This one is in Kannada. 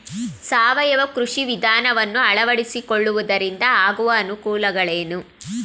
ಸಾವಯವ ಕೃಷಿ ವಿಧಾನವನ್ನು ಅಳವಡಿಸಿಕೊಳ್ಳುವುದರಿಂದ ಆಗುವ ಅನುಕೂಲಗಳೇನು?